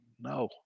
No